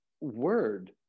word